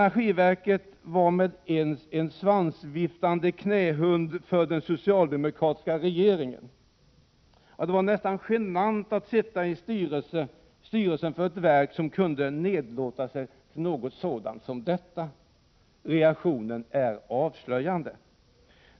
Energiverket var med ens en svansviftande knähund för den socialdemokratiska regeringen. Det var genant att sitta i styrelsen för ett verk som kunde nedlåta sig till något sådant. Reaktionen är avslöjande.